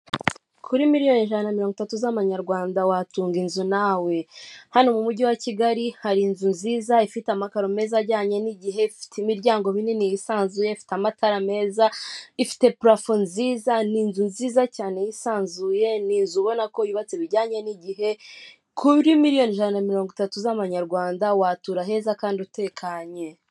Kuri miriyoni ijana na mirongo itatu z;amanyarwanda watunga inzu nawe, hano mu mujyi wa Kigali hari inzu nziza, ifite amakaro meza ajyanye n'igihe, ifiteimiryango minini yisanzuye, ifite amatara meza, ifite parafo nziza ni inzu nziza cyane yisanzuye ni inzu ubona ko yubatse bijyanye n'igihe, kuri miriyoni ijana na mirongo itantu z'amanyarwanda watura heza kandi utekanye.